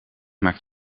maakt